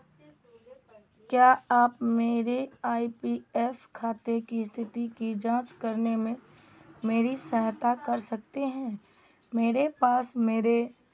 क्या आप मेरे आई डी एफ खाते की स्थिति की जाँच करने में मेरी सहायता कर सकते हैं मेरे पास मेरे